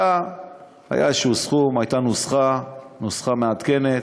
היה איזשהו סכום, הייתה נוסחה, נוסחה מעדכנת,